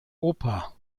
oper